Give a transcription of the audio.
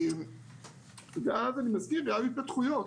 אני מזכיר, היו אז התפתחויות.